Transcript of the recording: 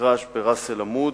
ומגרש בראס-אל-עמוד,